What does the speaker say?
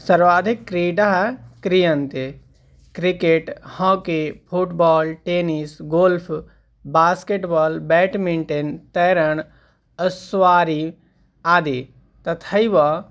सर्वाधिकाः क्रीडाः क्रियन्ते cricket hockey football tennis golf basketball badminton तरणम् अ स्वारि आदि तथैव